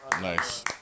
Nice